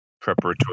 preparatory